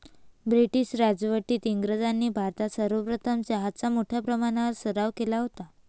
British राजवटीत इंग्रजांनी भारतात सर्वप्रथम चहाचा मोठ्या प्रमाणावर सराव केला होता